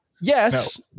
yes